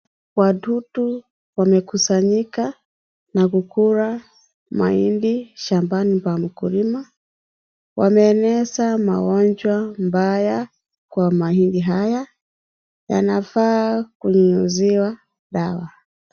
Wadudu wamekusanyika na kukula mahindi shambani pa mkulima. Wameeneza magonjwa mbaya kwa mahindi haya. Yanafaa kunyunyuziwa dawa.